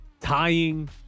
tying